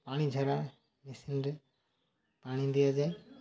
ପାଣିଝରା ମେସିନ୍ରେ ପାଣି ଦିଆଯାଏ